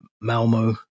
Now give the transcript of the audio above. Malmo